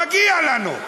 מגיע לנו.